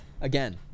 Again